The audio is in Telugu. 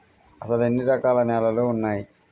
అసలు ఎన్ని రకాల నేలలు వున్నాయి?